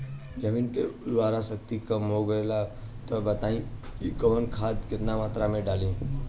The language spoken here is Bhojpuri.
जमीन के उर्वारा शक्ति कम हो गेल बा तऽ बताईं कि कवन खाद केतना मत्रा में डालि?